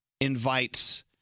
invites